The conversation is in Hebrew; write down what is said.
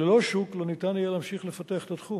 וללא שוק, לא ניתן יהיה להמשיך לפתח את התחום.